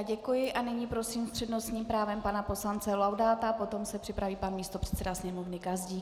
Děkuji a nyní prosím s přednostním právem pana poslance Laudáta, potom se připraví pan místopředseda Sněmovny Gazdík.